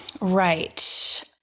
Right